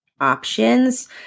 options